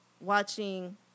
watching